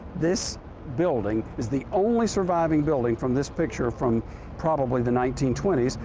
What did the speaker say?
this building is the only surviving building from this picture from probably the nineteen twenty s,